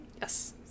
Yes